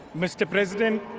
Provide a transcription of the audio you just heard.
mr. president,